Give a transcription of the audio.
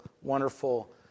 wonderful